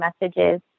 messages